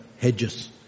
hedges